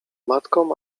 matką